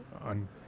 on